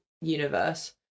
universe